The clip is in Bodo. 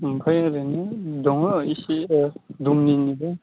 आमफाय ओरैनो दङ एसे दुमनिनिबो